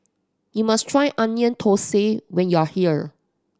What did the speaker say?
you must try Onion Thosai when you are here